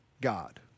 God